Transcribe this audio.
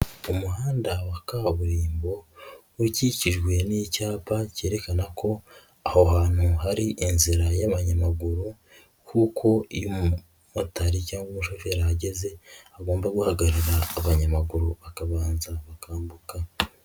Umuhanda wa kaburimbo ukikijwe n'icyapa cyerekana ko aho hantu hari inzira y'abanyamaguru kuko iyo umumotari cyangwa umushoferi ahageze agomba guhagara abanyamaguru bakabanza bakambuka.